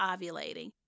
ovulating